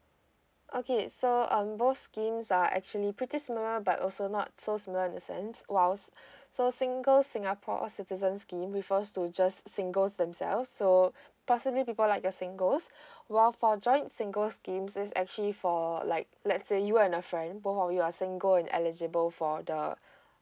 okay so um both schemes are actually pretty similar but also not so similar in the sense whilst so single singapore citizen scheme refers to just singles themselves so possibly people like the singles while for joint single scheme is actually for like let's say you and your friend both of you are single and eligible for the